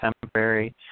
temporary